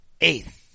eighth